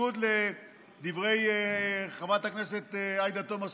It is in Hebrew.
ובניגוד לדברי חברת הכנסת עאידה תומא סלימאן,